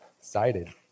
excited